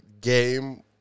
game